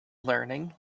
learning